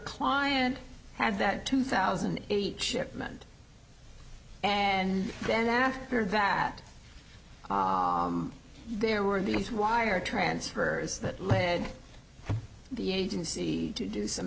client had that two thousand and eight shipment and then after that there were these wire transfers that led the agency to do some